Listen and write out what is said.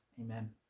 amen